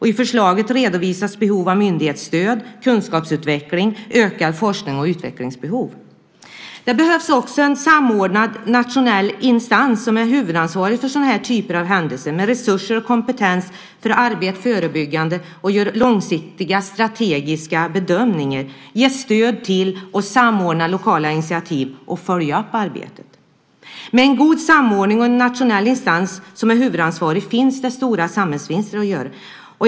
I förslaget redovisas behovet av myndighetsstöd, kunskapsutveckling, ökad forskning och utveckling. Det behövs också en samordnad nationell instans, som är huvudansvarig för sådana typer av händelser, med resurser och kompetens för att kunna arbeta förebyggande och göra långsiktiga strategiska bedömningar, ge stöd till och samordna lokala initiativ och följa upp arbetet. Med en god samordning och en nationell instans som är huvudansvarig finns stora samhällsvinster att göra.